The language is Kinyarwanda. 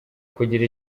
kugira